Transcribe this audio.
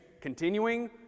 continuing